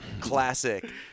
classic